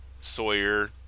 sawyer